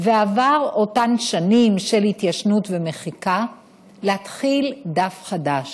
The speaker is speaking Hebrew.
ועברו אותן שנים של התיישנות ומחיקה להתחיל דף חדש.